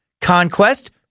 Conquest